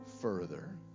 further